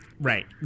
Right